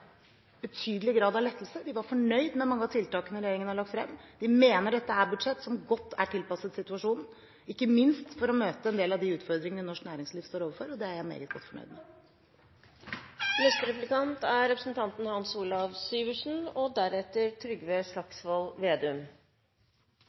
betydelig grad av lettelse. De var fornøyd med mange av tiltakene regjeringen har lagt frem. De mener dette er et budsjett som er godt tilpasset situasjonen, ikke minst for å møte en del av de utfordringene norsk næringsliv står overfor. Det er jeg meget godt fornøyd med. Jeg er i hvert fall enig med representanten